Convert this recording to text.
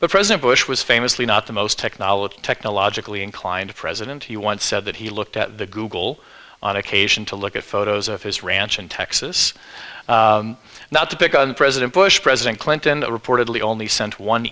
t president bush was famously not the most technology technologically inclined president he once said that he looked at the google on occasion to look at photos of his ranch in texas not to pick on president bush president clinton reportedly only sent one